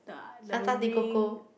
Natadecoco